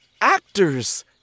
actors